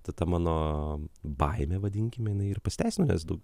ta ta mano baimė vadinkim jinai ir pasiteisino nes daug